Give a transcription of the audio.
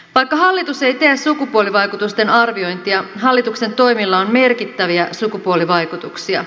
vaikka hallitus ei tee sukupuolivaikutusten arviointia hallituksen toimilla on merkittäviä sukupuolivaikutuksia